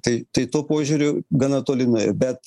tai tai tuo požiūriu gana toli nuėjo bet